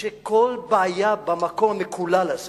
שכל בעיה במקום המקולל הזה